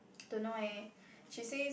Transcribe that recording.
don't know eh she says